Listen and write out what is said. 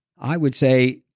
i would say,